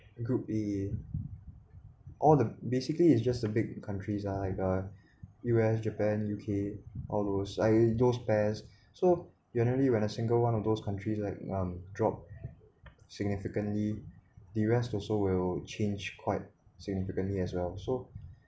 the group in all the basically it's just the big countries uh like the U_S japan U_K all those I those pairs so generally when a single one of those countries like um drop significantly the rest also will change quite significantly as well so